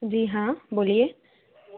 जी हाँ बोलिए